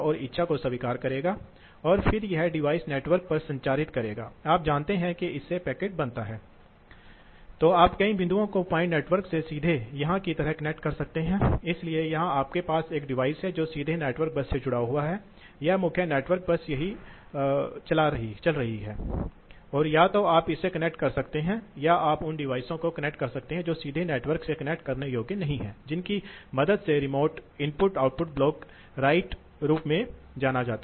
तो यह अच्छा नहीं है इसलिए यदि आप कभी कभी यदि आप शीतलक भेजते हैं और कभी कभी यदि आप इसे नहीं भेजते हैं तो उपकरण पर तापमान स्पंदित हो जाएगा और यह तापमान प्रतिक्रिया दरों को प्रभावित कर सकता है यह थर्मल का कारण हो सकता है उपकरणों पर तनाव इसलिए सामान्य तौर पर औद्योगिक प्रवाह नियंत्रण समस्याओं के लिए हम ऐसे स्पंदनों को सहन नहीं कर सकते हैं इसलिए यह ऑन ऑफ on off नियंत्रण विधि अच्छी नहीं है